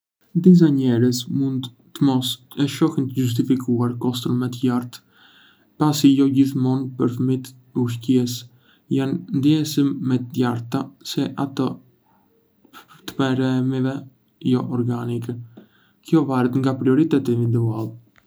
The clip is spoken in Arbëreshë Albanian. Disa njerëz mund të mos e shohin të justifikuar koston më të lartë, pasi jo gjithmonë përfitimet ushqyese janë ndjeshëm më të larta se ato të perimeve jo organike. Kjo varet nga prioritetet individuale.